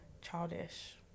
childish